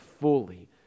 fully